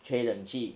吹冷气